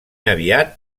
aviat